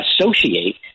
associate